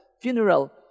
Funeral